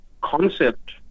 concept